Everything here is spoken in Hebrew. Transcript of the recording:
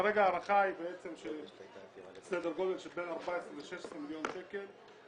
כרגע ההערכה היא של סדר גודל של בין 14 ל-16 מיליון שקלים.